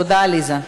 תודה, עליזה.